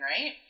right